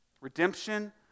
Redemption